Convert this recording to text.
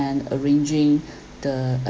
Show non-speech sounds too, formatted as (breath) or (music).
arranging (breath) the